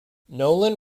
nolan